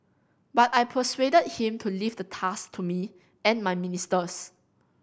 but I persuaded him to leave the task to me and my ministers